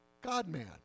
God-man